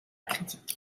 critique